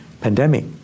pandemic